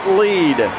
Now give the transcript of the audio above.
lead